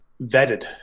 vetted